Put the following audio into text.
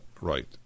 Right